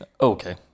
Okay